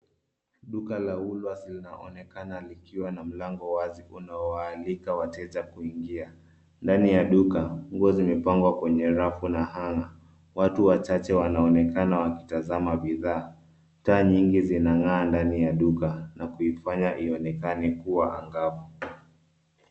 Duka la Woolworths linaonekana likiwa na mlango wazi unaoalika wateja kuingia. Ndani ya duka nguo zimepangwa kwenye rafu na hanger . Watu wachache wanaonekana wakitazama bidhaa. Taa nyingi zinang'aa ndani ya duka na kuifanya ionekane kuwa angavu.